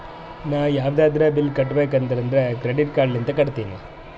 ನಾ ಯಾವದ್ರೆ ಬಿಲ್ ಕಟ್ಟಬೇಕ್ ಅಂದುರ್ ಕ್ರೆಡಿಟ್ ಕಾರ್ಡ್ ಲಿಂತೆ ಕಟ್ಟತ್ತಿನಿ